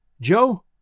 Joe